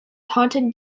taunton